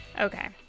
okay